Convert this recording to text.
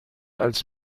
als